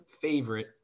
favorite